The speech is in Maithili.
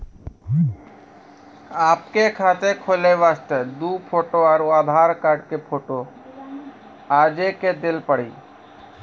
आपके खाते खोले वास्ते दु फोटो और आधार कार्ड के फोटो आजे के देल पड़ी?